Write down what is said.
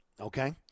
okay